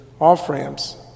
off-ramps